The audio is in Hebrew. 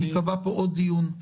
בתחילת השבוע ייקבע פה עוד דיון על